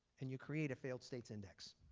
and you create a failed states index.